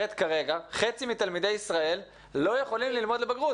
אחרת כרגע חצי מתלמידי ישראל לא יכולים ללמוד לבגרות.